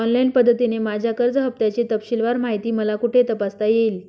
Online पद्धतीने माझ्या कर्ज हफ्त्याची तपशीलवार माहिती मला कुठे तपासता येईल?